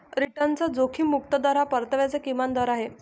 रिटर्नचा जोखीम मुक्त दर हा परताव्याचा किमान दर आहे